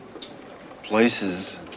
places